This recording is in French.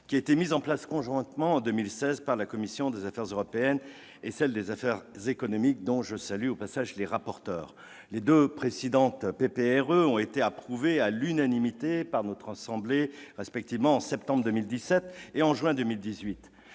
sur la PAC, mis en place conjointement en 2016 par la commission des affaires européennes et celle des affaires économiques, dont je salue les rapporteurs. Les deux précédentes PPRE ont été approuvées à l'unanimité par notre assemblée, respectivement en septembre 2017 et en juin 2018.